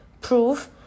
proof